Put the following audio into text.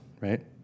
right